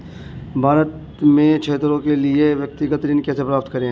भारत में छात्रों के लिए व्यक्तिगत ऋण कैसे प्राप्त करें?